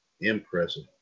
Impressive